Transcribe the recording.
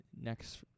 next